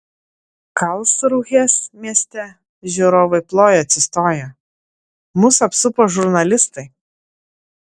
karlsrūhės mieste žiūrovai plojo atsistoję mus apsupo žurnalistai